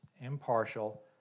impartial